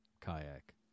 kayak